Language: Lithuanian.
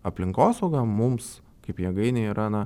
aplinkosauga mums kaip jėgainei yra na